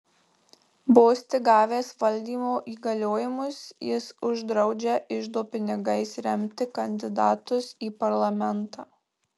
vos tik gavęs valdymo įgaliojimus jis uždraudžia iždo pinigais remti kandidatus į parlamentą